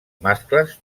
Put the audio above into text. mascles